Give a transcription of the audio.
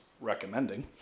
recommending